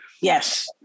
Yes